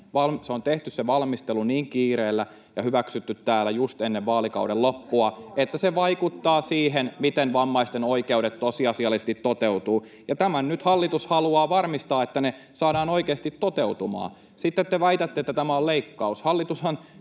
on tehty niin kiireellä ja hyväksytty täällä just ennen vaalikauden loppua, [Krista Kiuru pyytää vastauspuheenvuoroa] että se vaikuttaa siihen, miten vammaisten oikeudet tosiasiallisesti toteutuvat. Tämän nyt hallitus haluaa varmistaa, että ne saadaan oikeasti toteutumaan. Sitten te väitätte, että tämä on leikkaus. Hallitushan